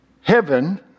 heaven